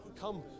come